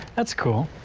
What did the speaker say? that's cool.